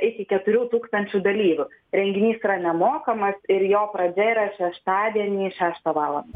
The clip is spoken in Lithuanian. iki keturių tūkstančių dalyvių renginys yra nemokamas ir jo pradžia yra šeštadienį šeštą valandą